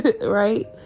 right